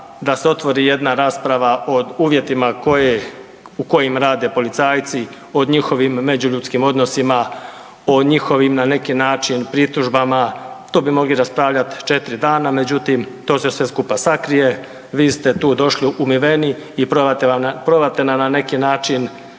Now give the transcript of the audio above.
da se otvori jedna rasprava o uvjetima u kojim rade policajci, o njihovim međuljudskim odnosima, o njihovim na neki način pritužbama to bi mogli raspravljati 4 dana, međutim to se sve skupa sakrije. Vi ste tu došli umiveni i probate nam na neki način